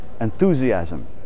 enthusiasm